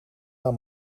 naar